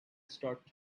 start